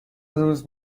روز